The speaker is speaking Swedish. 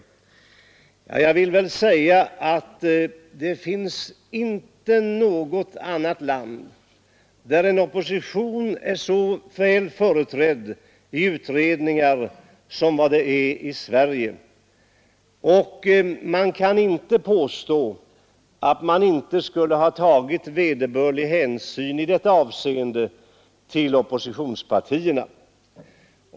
Det finns inte något annat land där oppositionen är så väl företrädd i utredningar som den är i Sverige. Man kan inte påstå att vederbörlig hänsyn i detta avseende inte har tagits till oppositionspartierna.